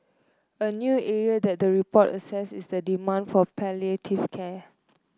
a new area that the report assesses is the demand for palliative care